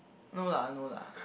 no lah no lah